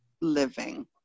living